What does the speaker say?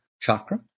chakra